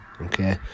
Okay